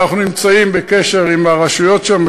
אנחנו נמצאים בקשר עם הרשויות שם,